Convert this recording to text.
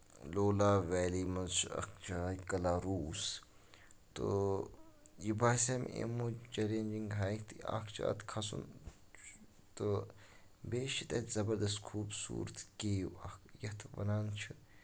Lolab valley منٛز چھِ اکھ جاے کَلاروٗس تہٕ یہِ باسیٚو مےٚ اَمہِ موٗجوٗب چیلینگ ہاے تہٕ اکھ چھُ اَتھ کھسُن تہٕ بیٚیہِ چھِ تَتہِ زَبردست خوٗبصوٗرتی یَتھ وَنان چھِ